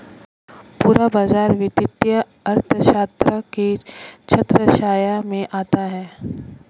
पूरा बाजार वित्तीय अर्थशास्त्र की छत्रछाया में आता है